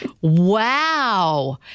Wow